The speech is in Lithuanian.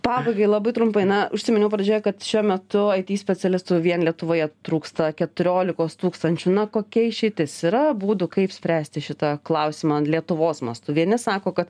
pabaigai labai trumpai na užsiminiau pradžioje kad šiuo metu aity specialistų vien lietuvoje trūksta keturiolikos tūkstančių na kokia išeitis yra būdų kaip spręsti šitą klausimą lietuvos mastu vieni sako kad